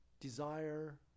desire